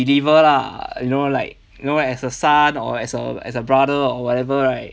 deliver lah you know like you know as a son or as long as a brother or whatever right